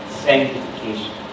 sanctification